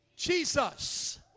Jesus